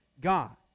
god